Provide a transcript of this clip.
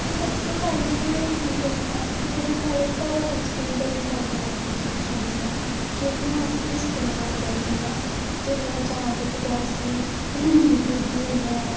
ते सबसे पैह्ले ते में दस्सां कि जेह्ड़े साढ़े घरै बिच्च गै बड़े सारियां ऐसियां चीजां होंदियां न जेह्डियां अस इस्तमाल करने आं जेल्लै जां ते कुतै असेंई डिग्गी जन्ने आं